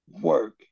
work